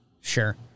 Sure